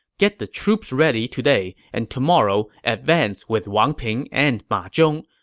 get the troops ready today, and tomorrow advance with wang ping and ma zhong.